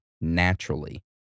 naturally